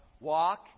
walk